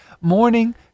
morning